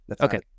Okay